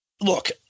Look